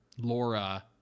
laura